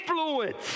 influence